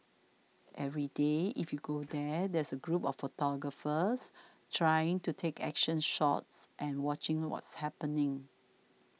every day if you go there there's a group of photographers trying to take action shots and watching what's happening